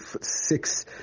six